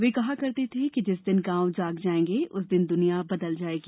वे कहा करते थे कि जिस दिन गांव जाग जाएंगे उस दिन द्निया बदल जाएगी